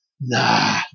Nah